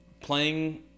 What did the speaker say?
playing